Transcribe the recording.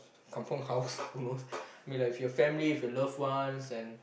kampung house who knows I mean like if your family if your loved ones and